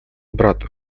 брату